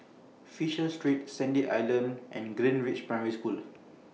Fisher Street Sandy Island and Greenridge Primary School